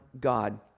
God